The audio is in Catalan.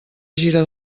gira